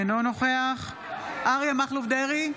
אינו נוכח אריה מכלוף דרעי,